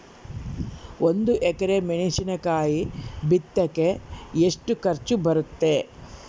ಒಂದು ಎಕರೆ ಮೆಣಸಿನಕಾಯಿ ಬಿತ್ತಾಕ ಎಷ್ಟು ಖರ್ಚು ಬರುತ್ತೆ?